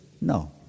No